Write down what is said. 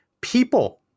people